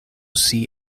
see